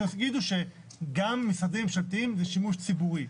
שיגידו שגם משרדים ממשלתיים זה שימוש ציבורי.